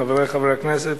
חברי חברי הכנסת,